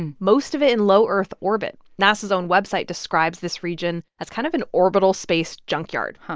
and most of it in low earth orbit. nasa's own website describes this region as kind of an orbital space junkyard.